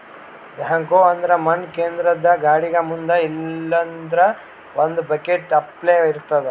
backhoe ಅಂದ್ರ ಮಣ್ಣ್ ಕೇದ್ರದ್ದ್ ಗಾಡಿಗ್ ಮುಂದ್ ಇಲ್ಲಂದ್ರ ಒಂದ್ ಬಕೆಟ್ ಅಪ್ಲೆ ಇರ್ತದ್